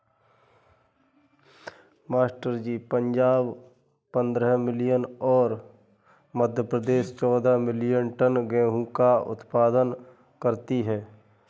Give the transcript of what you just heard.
master ji Punjab पंद्रह million और मध्य प्रदेश चौदह मिलीयन टन गेहूं का उत्पादन करती है